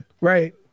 Right